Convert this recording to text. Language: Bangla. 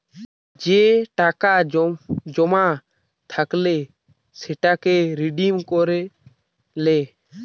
যে টাকা জমা থাইকলে সেটাকে রিডিম করে লো